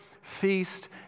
feast